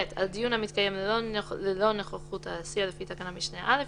(ב) על דיון המתקיים ללא נוכחות האסיר לפי תקנת משנה (א),